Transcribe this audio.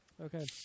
Okay